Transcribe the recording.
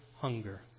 hunger